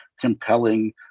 compelling